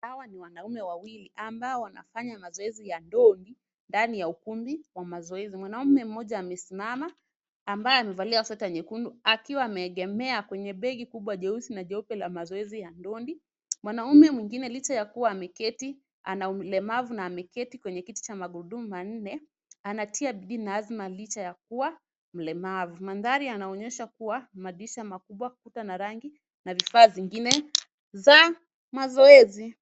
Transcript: Hawa ni wanaume wawili ambao wanafanya mazoezi ya ndondi ndani ya ukumbi wa mazoezi. Mwanaume moja amesimama ambaye amevalia sweta nyekundu akiwa ameegemea kwenye begi kubwa jeusi na jeupe ya mazoezi ya ndondi. Mwanaume mwingine licha ya kuwa ameketi kwenye kiti cha magurudumu manne anatia bidii na azma licha ya kuwa mlemavu. Mandhari yanaonyesha madirisha makubwa kuta za rangi na vifaa vingine za mazoezi.